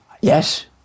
Yes